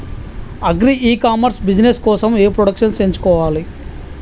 Agri e commerce business కోసము ఏ products ఎంచుకోవాలి?